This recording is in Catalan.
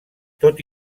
tot